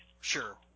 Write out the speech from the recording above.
Sure